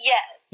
Yes